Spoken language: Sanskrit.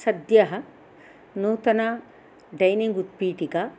सद्यः नूतना डैनिङ्ग् उत्पीठिका